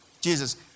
Jesus